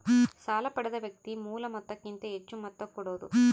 ಸಾಲ ಪಡೆದ ವ್ಯಕ್ತಿ ಮೂಲ ಮೊತ್ತಕ್ಕಿಂತ ಹೆಚ್ಹು ಮೊತ್ತ ಕೊಡೋದು